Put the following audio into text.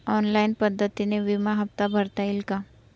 Online पद्धतीने विमा हफ्ता भरता येईल का?